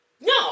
No